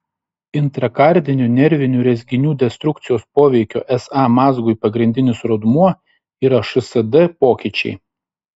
intrakardinių nervinių rezginių destrukcijos poveikio sa mazgui pagrindinis rodmuo yra šsd pokyčiai